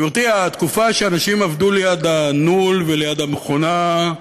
גברתי, התקופה שאנשים עבדו ליד הנול וליד המכונה,